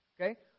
Okay